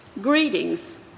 Greetings